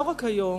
לא רק היום,